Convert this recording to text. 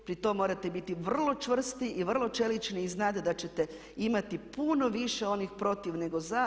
Pri tom morate biti vrlo čvrsti i vrlo čelični i znati da ćete imati puno više onih protiv nego za.